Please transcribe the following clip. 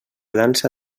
dansa